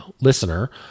listener